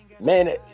man